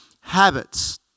habits